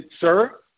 sir